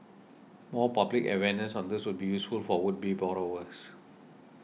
more public awareness on this would be useful for would be borrowers